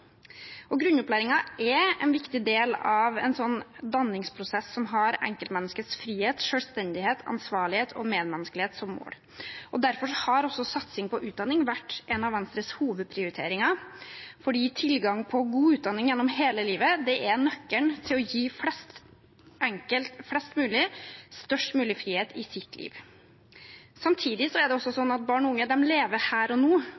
er en viktig del av en danningsprosess som har enkeltmenneskets frihet, selvstendighet, ansvarlighet og medmenneskelighet som mål. Derfor har satsing på utdanning vært en av Venstres hovedprioriteringer; tilgang på god utdanning gjennom hele livet er nøkkelen til å gi flest mulig størst mulig frihet i sitt liv. Samtidig er det sånn at barn og unge lever her og nå.